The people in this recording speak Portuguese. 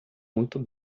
muito